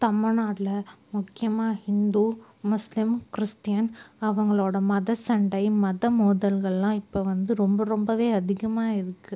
தமிழ்நாட்டில் முக்கியமாக ஹிந்து முஸ்லீம் கிறிஸ்டின் அவங்களோட மத சண்டை மத மோதல்கள் எல்லாம் இப்போ வந்து ரொம்ப ரொம்பவே அதிகமாயிருக்குது